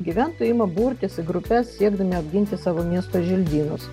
gyventojai ima burtis į grupes siekdami apginti savo miesto želdynus